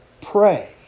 Pray